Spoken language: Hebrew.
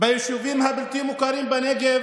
ביישובים הבלתי-מוכרים בנגב,